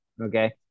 Okay